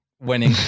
winning